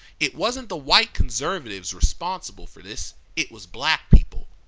it wasn't the white conservatives responsible for this it was black people.